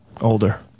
Older